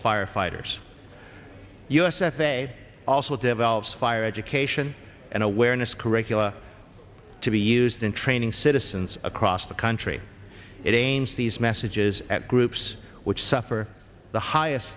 firefighters u s f a a also devolves fire education and awareness curricula to be used in training citizens across the country it aims these messages at groups which suffer the highest